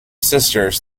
sisters